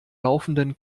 laufenden